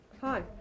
Hi